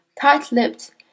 tight-lipped